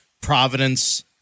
Providence